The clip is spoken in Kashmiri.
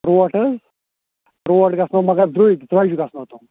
ٹروٹھ حظ ٹروٹھ گَژھنو مےٚ دروٚگۍ درۄجہِ گَژٕھنو تِم